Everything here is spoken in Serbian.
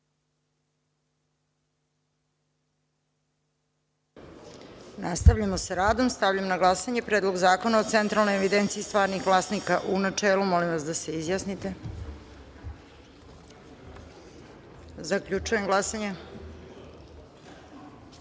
STVARNIH VLASNIKA.Stavljam na glasanje Predlog zakona o Centralnoj evidenciji stvarnih vlasnika, u načelu. Molim vas da se izjasnite. Zaključujem glasanje: